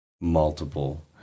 multiple